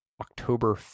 october